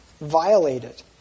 violated